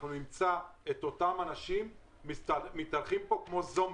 אנחנו נמצא את אותם אנשים מתהלכים פה כמו זומבים.